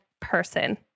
person